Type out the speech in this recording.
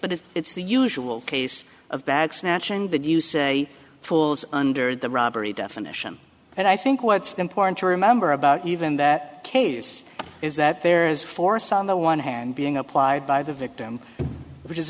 but if it's the usual case of bag snatching did you say fools under the robbery definition but i think what's important to remember about even that case is that there is force on the one hand being applied by the victim which is